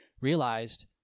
realized—